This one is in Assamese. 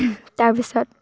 তাৰপিছত